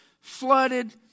flooded